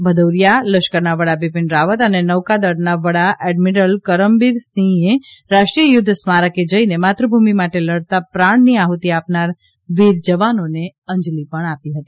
ભદૌરીયા લશ્કરના વડા બીપીન રાવત અને નૌકા દળના વડા એડમીરલ કરમબીર સિંહે રાષ્ટ્રીય યુઘ્ઘ સ્મારકે જઇને માતૃભૂમિ માટે લડતાં પ્રાણની આફતી આપનાર વીર જવાનોને અંજલી આપી હતી